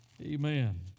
Amen